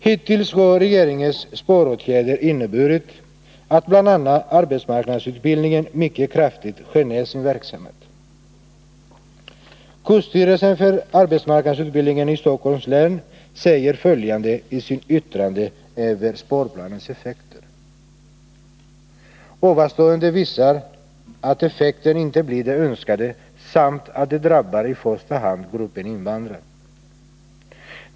Hittills har regeringens sparåtgärder inneburit att bl.a. arbetsmarknadsutbildningen mycket kraftigt skärs ner. Kursstyrelsen för arbetsmarknadsutbildningen i Stockholms län säger följande i sitt yttrande över sparplanens effekter: ”Ovanstående visar att effekten inte blir den önskade samt att den drabbar i första hand gruppen invandrare.